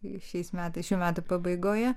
ir šiais metais šių metų pabaigoje